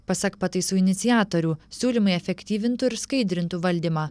pasak pataisų iniciatorių siūlymai efektyvintų ir skaidrintų valdymą